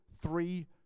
three